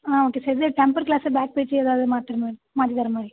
ஆ okay sir இது temper glass back பீஜு ஏதாவது மாத்துகிற மாதிரி மாற்றி தர்ற மாதிரி